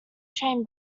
train